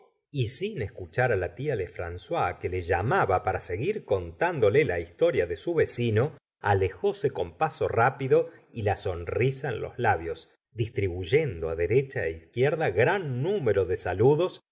y sin escuchar á la tia lefrancois que le llamaba para seguir contándole la historia de su vecino alejóse con paso rápido y la sonrisa en los labios distribuyendo á derecha é izquierda gran número de saludos